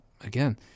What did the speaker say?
again